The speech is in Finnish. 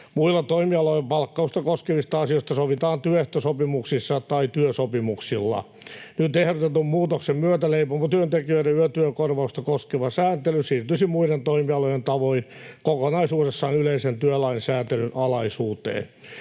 Muilla toimialoilla palkkausta koskevista asioista sovitaan työehtosopimuksissa tai työsopimuksilla. Nyt ehdotetun muutoksen myötä leipomotyöntekijöiden yötyökorvausta koskeva sääntely siirtyisi muiden toimialojen tavoin kokonaisuudessaan yleisen työlainsäätelyn alaisuuteen.